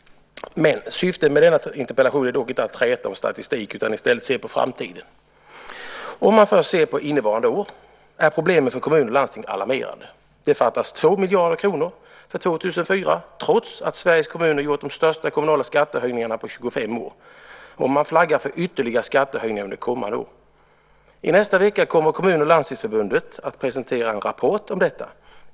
Syftet med denna interpellation är dock inte att träta om statistik utan i stället att se på framtiden. Om man först ser på innevarande år finner man att problemen för kommuner och landsting är alarmerande. Det fattas 2 miljarder kronor för 2004, trots att Sveriges kommuner gjort de största kommunala skattehöjningarna på 25 år. Man flaggar också för ytterligare skattehöjningar under kommande år. I nästa vecka kommer Kommunförbundet och Landstingsförbundet att presentera en rapport om detta.